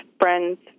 friends